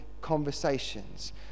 conversations